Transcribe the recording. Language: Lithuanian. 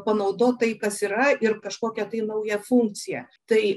panaudot tai kas yra ir kažkokia tai nauja funkcija tai